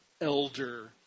elder